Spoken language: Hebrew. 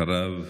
אחריו,